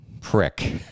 prick